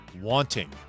wanting